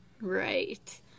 right